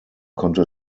konnte